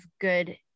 good